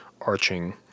arching